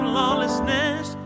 lawlessness